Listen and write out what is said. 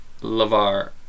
Lavar